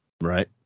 Right